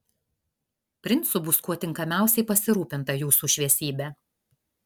princu bus kuo tinkamiausiai pasirūpinta jūsų šviesybe